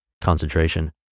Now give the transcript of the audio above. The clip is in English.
concentration